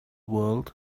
world